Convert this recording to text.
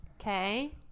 Okay